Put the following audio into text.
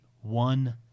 one